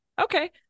okay